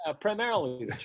primarily